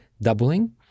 doubling